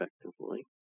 effectively